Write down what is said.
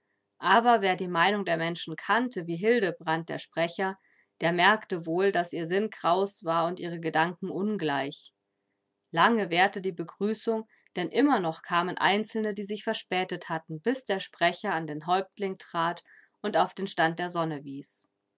aber wer die meinung der menschen kannte wie hildebrand der sprecher der merkte wohl daß ihr sinn kraus war und ihre gedanken ungleich lange währte die begrüßung denn immer noch kamen einzelne die sich verspätet hatten bis der sprecher an den häuptling trat und auf den stand der sonne wies